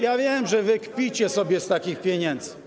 Ja wiem, że wy kpicie sobie z takich pieniędzy.